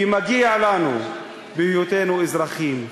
כי מגיע לנו בהיותנו אזרחים,